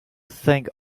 think